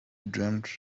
dreamt